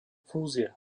fúzia